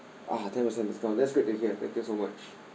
ah ten percent discount that's great to hear thank you so much